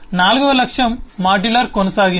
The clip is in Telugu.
నాల్గవ లక్ష్యం మాడ్యులర్ కొనసాగింపు